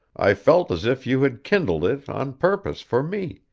i felt as if you had kindled it on purpose for me,